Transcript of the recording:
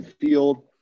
field